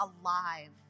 alive